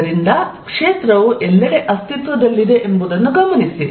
ಆದ್ದರಿಂದ ಕ್ಷೇತ್ರವು ಎಲ್ಲೆಡೆ ಅಸ್ತಿತ್ವದಲ್ಲಿದೆ ಎಂಬುದನ್ನು ಗಮನಿಸಿ